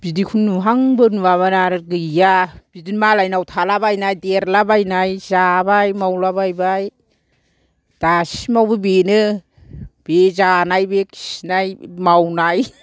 बिदिखौ नुहांबो नुवामोन आर गैया बिदिनो मालायनाव थालाबायनाय देरलाबायनाय जाबाय मावलाबायबाय दासिमावबो बेनो बे जानाय बे खिनाय मावनाय